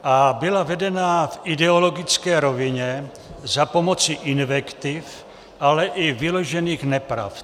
a byla vedena v ideologické rovině za pomoci invektiv, ale i vyložených nepravd.